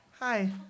Hi